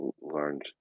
learned